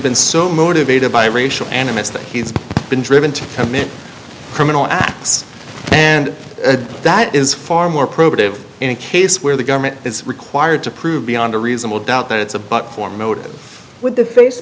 been so motivated by racial animus that he's been driven to commit criminal acts and that is far more probative in a case where the government is required to prove beyond a reasonable doubt that it's a but for motive with the face